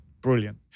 Brilliant